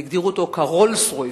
והגדירו אותו כ"רולס רויס"